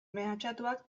mehatxatuak